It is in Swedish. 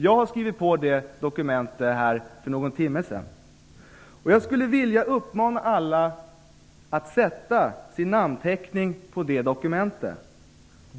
Jag har skrivit på det dokumentet för någon timme sedan. Jag skulle vilja uppmana alla att sätta sin namnteckning på det dokumentet.